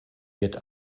wird